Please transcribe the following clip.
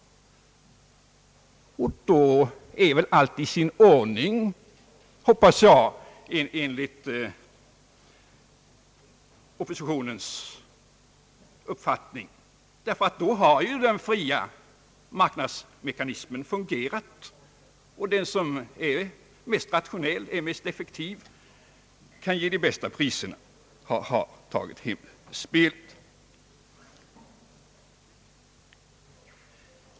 Och då är väl enligt oppositionens uppfattning allt i sin ordning, hoppas jag, ty då har den fria marknadsmekanis men fungerat. Den som är mest rationell, mest effektiv och som kan ge de bästa priserna den tar hem spelet.